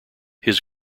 his